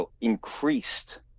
increased